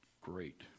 great